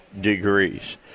degrees